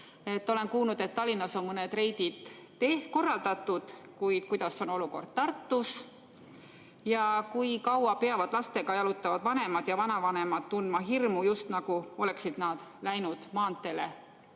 Olen kuulnud, et Tallinnas on mõned reidid korraldatud, kuid kuidas on olukord Tartus? Kui kaua peavad lastega jalutavad vanemad ja vanavanemad tundma hirmu, just nagu oleksid nad läinud maanteele